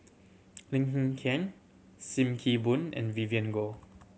Lim Hng Kiang Sim Kee Boon and Vivien Goh